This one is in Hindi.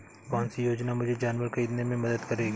कौन सी योजना मुझे जानवर ख़रीदने में मदद करेगी?